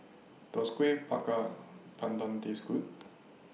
Does Kueh Bakar Pandan Taste Good